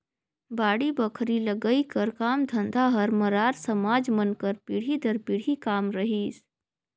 बाड़ी बखरी लगई कर काम धंधा हर मरार समाज मन कर पीढ़ी दर पीढ़ी काम रहिस